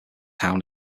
town